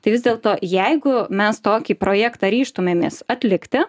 tai vis dėlto jeigu mes tokį projektą ryžtumėmės atlikti